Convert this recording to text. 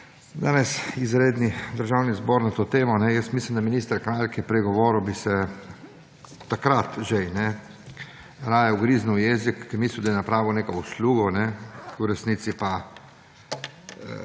danes izredni Državni zbor na to temo, jaz mislim, da minister Kralj, ki je prej govoril, bi se takrat že raje ugriznil v jezik. Ker je mislil, da je napravil neko uslugo, v resnici pa,